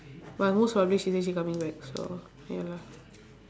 but most probably she say she coming back so ya lah